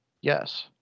Yes